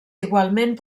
igualment